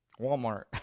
Walmart